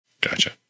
Gotcha